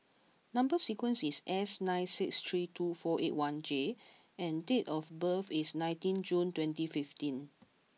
number sequence is S nine six three two four eight one J and date of birth is nineteenth June twenty fifteen